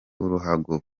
uruhago